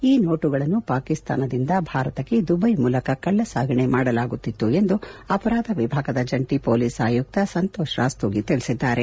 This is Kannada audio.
ಈ ನೋಟುಗಳನ್ನು ಪಾಕಿಸ್ತಾನದಿಂದ ಭಾರತಕ್ಕೆ ದುಬೈ ಮೂಲಕ ಕಳ್ಳಸಾಗಣೆ ಮಾಡಲಾಗುತ್ತಿತ್ತು ಎಂದು ಅಪರಾಧ ವಿಭಾಗದ ಜಂಟಿ ಮೊಲೀಸ್ ಆಯುಕ್ತ ಸಂತೋಷ್ ರಾಸ್ತೋಗಿ ತಿಳಿಸಿದ್ದಾರೆ